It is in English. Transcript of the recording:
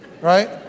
right